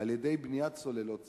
על-ידי בניית סוללות סביבן.